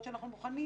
הן ביום שלישי.